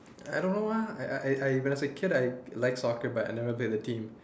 I don't know ah I I I when I was a kid I liked soccer but I never played the team